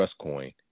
TrustCoin